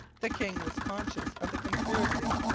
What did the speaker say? the king was conscious of the conspiracy.